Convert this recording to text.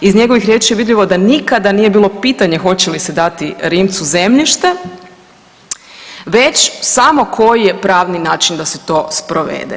Iz njegovih riječi je vidljivo da nikada nije bilo pitanje hoće li se dati Rimcu zemljište već samo koji je pravni način da se to sprovede.